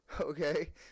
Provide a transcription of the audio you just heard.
Okay